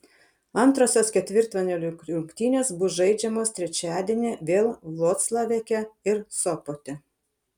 antrosios ketvirtfinalio rungtynės bus žaidžiamos trečiadienį vėl vloclaveke ir sopote